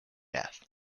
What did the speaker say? death